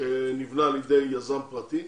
שנבנה על-ידי יזם פרטי